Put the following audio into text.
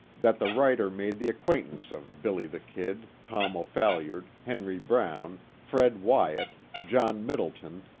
that the writer made the acquaintance of billy the kid, tom o'phalliard, henry brown, fred wyat, john middleton,